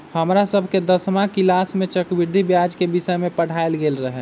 हमरा सभके दसमा किलास में चक्रवृद्धि ब्याज के विषय में पढ़ायल गेल रहै